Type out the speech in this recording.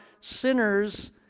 sinners